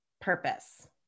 purpose